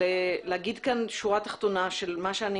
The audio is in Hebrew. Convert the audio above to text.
אני רוצה להגיד כאן שורה תחתונה של מה שאני